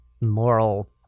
moral